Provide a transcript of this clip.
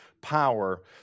power